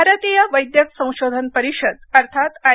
R भारतीय वैद्यक संशोधन परिषद अर्थात आय